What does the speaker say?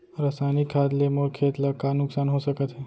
रसायनिक खाद ले मोर खेत ला का नुकसान हो सकत हे?